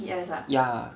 ya